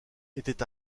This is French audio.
était